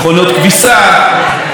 טלוויזיות,